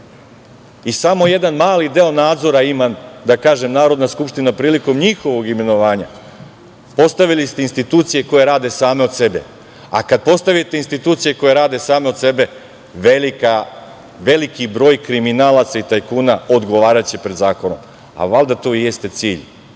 i samo jedan mali deo nadzora ima, da kažem, Narodna skupština prilikom njihovog imenovanja, postavili ste institucije koje rade same od sebe, a kada postavite institucije koje rade same od sebe, veliki broj kriminalaca i tajkuna odgovaraće pred zakonom. Valjda to i jeste cilj